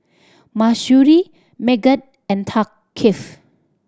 Mahsuri Megat and Thaqif